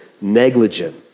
negligent